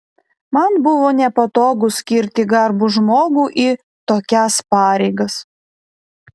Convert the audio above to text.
man buvo nepatogu skirti garbų žmogų į tokias pareigas